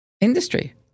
industry